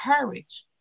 courage